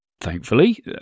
thankfully